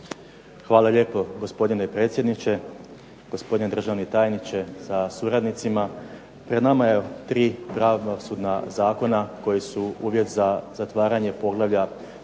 Hvala lijepo, gospodine predsjedniče. Gospodine državni tajniče sa suradnicima. Pred nama su tri pravosudna zakona koji su uvjet za zatvaranje poglavlja